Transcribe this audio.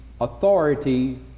Authority